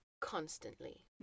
constantly